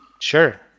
Sure